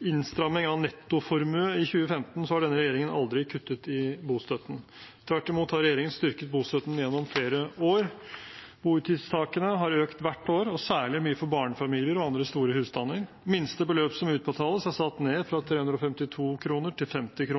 innstramming av nettoformue i 2015 har denne regjeringen aldri kuttet i bostøtten. Tvert imot har regjeringen styrket bostøtten gjennom flere år. Boutgiftstaket har økt hvert år og særlig mye for barnefamiliene og andre store husstander. Minste beløp som utbetales, er satt ned fra 352 kr til 50 kr.